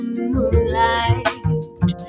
moonlight